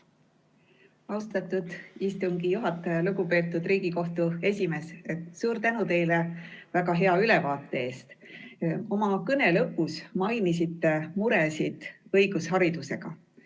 Austatud istungi juhataja! Lugupeetud Riigikohtu esimees, suur tänu teile väga hea ülevaate eest! Oma kõne lõpus te mainisite muresid õigusharidusega